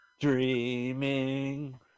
Dreaming